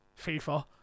FIFA